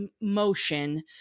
motion